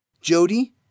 Jody